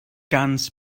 ganz